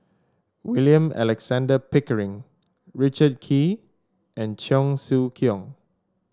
William Alexander Pickering Richard Kee and Cheong Siew Keong